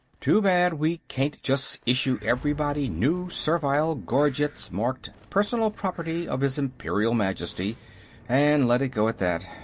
too bad we can't just issue everybody new servile gorgets marked, personal property of his imperial majesty and let it go at that.